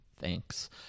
Thanks